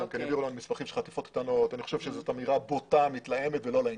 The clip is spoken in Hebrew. אני חושב שזאת אמירה בוטה, מתלהמת ולא לעניין.